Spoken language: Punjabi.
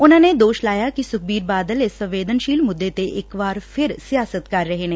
ਉਨੂਂ ਨੇ ਦੋਸ਼ ਲਾਇਆ ਕਿ ਸੁਖਬੀਰ ਬਾਦਲ ਇਸ ਸੰਵੇਦਨ ਸ਼ੀਲ ਮੁੱਦੇ ਤੇ ਇਕ ਵਾਰ ਫਿਰ ਸਿਆਸਤ ਕਰ ਰਹੇ ਨੇ